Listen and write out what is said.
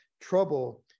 trouble